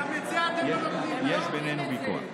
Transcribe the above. יש בינינו ויכוח.